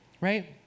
Right